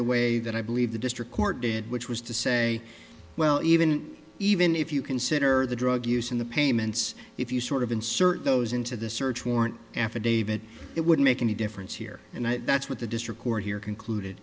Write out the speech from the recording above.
the way that i believe the district court did which was to say well even even if you consider the drug use in the payments if you sort of insert those into the search warrant affidavit it would make any difference here and that's what the district court here concluded